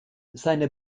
seine